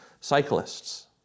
cyclists